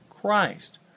Christ